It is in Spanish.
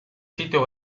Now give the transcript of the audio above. sitio